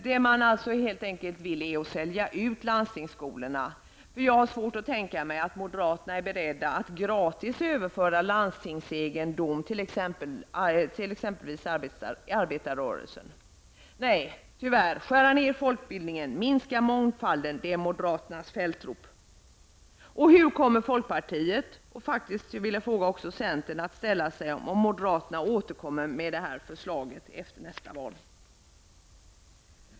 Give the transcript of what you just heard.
Det man vill är att sälja ut landstingskolorna, för att jag har svårt att tänka mig att moderaterna är beredda att gratis överföra landstingsegendom till exempelvis arbetarrörelsen. Skär ner folkbildningen, minska mångfalden -- det är tyvärr moderaternas fältrop. Hur kommer folkpartiet och, vill jag faktiskt fråga, centern att ställa sig om moderaterna återkommer med det förslaget efter nästa val?